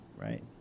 right